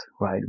right